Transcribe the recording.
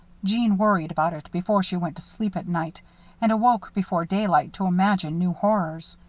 jeanne worried about it before she went to sleep at night and awoke before daylight to imagine new horrors.